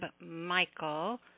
Michael